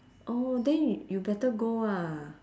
orh then y~ you better go ah